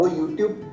YouTube